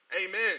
Amen